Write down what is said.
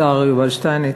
השר יובל שטייניץ,